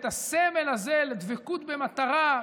את הסמל הזה לדבקות במטרה,